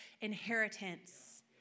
inheritance